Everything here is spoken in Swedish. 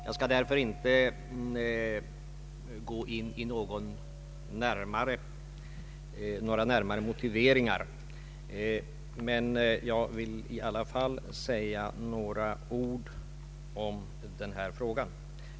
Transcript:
Jag skall därför inte gå in på några närmare motiveringar men vill i alla fall säga några ord.